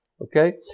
Okay